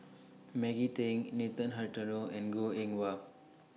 Maggie Teng Nathan Hartono and Goh Eng Wah